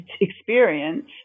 experience